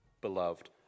Beloved